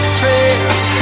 face